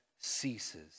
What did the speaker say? ceases